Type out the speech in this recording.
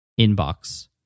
inbox